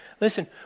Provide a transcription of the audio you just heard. Listen